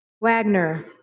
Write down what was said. Wagner